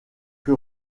que